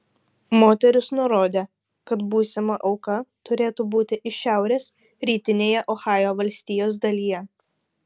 moteris nurodė kad būsima auka turėtų būti iš šiaurės rytinėje ohajo valstijos dalyje